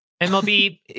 MLB